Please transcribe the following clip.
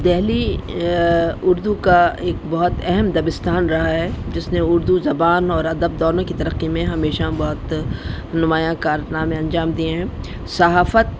دہلی اردو کا ایک بہت اہم دبستان رہا ہے جس نے اردو زبان اور ادب دونوں کی ترقی میں ہمیشہ بہت نمایاں کارنام انجام دیے ہیں صحافت